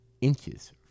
inches